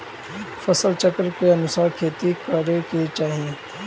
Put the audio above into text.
फसल चक्र के अनुसार खेती करे के चाही